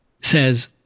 says